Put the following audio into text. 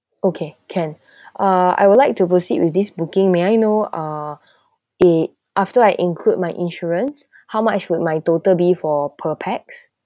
okay can uh I would like to proceed with this booking may I know uh eh after I include my insurance how much will my total bill for per pax